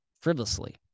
frivolously